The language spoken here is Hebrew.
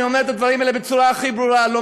אני אומר את הדברים האלה בצורה הכי ברורה: לא